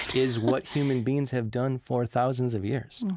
is what human beings have done for thousands of years,